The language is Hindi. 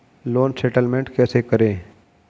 लोन सेटलमेंट कैसे करें?